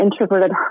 introverted